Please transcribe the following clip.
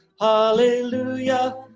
Hallelujah